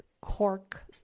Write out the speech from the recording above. cork